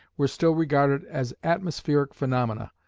were still regarded as atmospheric phenomena,